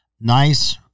Nice